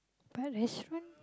but this one